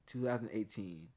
2018